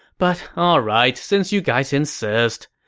but alright since you guys insist.